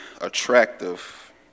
attractive